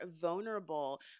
vulnerable